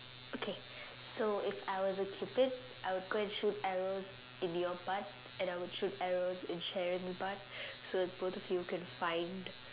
okay so if I was a cupid I would go and shoot arrows in your butt and I would shoot arrows in Sharon's butt so both of you can find